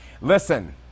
Listen